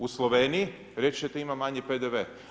U Sloveniji, reći ćete ima manji PDV.